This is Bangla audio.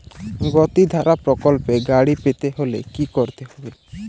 গতিধারা প্রকল্পে গাড়ি পেতে হলে কি করতে হবে?